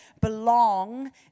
belong